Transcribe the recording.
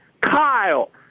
Kyle